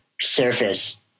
surface